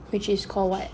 which is called what